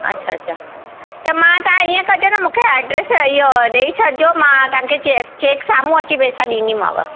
अच्छा अच्छा त मां तव्हां ईअं कजो न मूंखे एड्रेस इहो ॾेई छॾिजो मां तव्हांखे चै चैक साम्हूं अची पेसा ॾींदीमांव